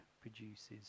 produces